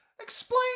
Explain